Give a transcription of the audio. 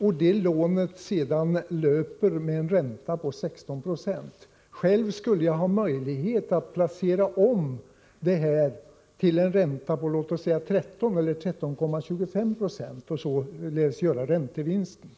Anta att det lånet löper med en ränta på 16 90 och att jag själv skulle ha möjlighet att placera om det till en ränta på låt oss säga 13 eller 13,25 20 och således göra räntevinster.